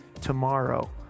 tomorrow